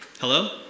Hello